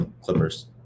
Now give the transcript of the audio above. Clippers